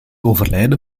overlijden